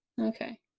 Okay